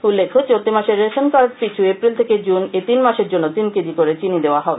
উল্লেখ্য চলতি মাসে রেশন কার্ড পিছু এপ্রিল থেকে জুন এই তিনমাসের জন্য তিন কেজি করে চিনি দেয়া হবে